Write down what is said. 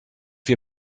wir